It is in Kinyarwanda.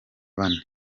bane